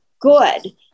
good